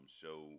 show